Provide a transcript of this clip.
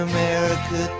America